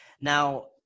Now